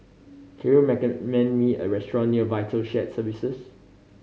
can you recommend me a restaurant near Vital Shared Services